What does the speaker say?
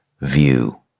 view